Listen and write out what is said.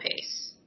pace